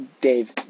Dave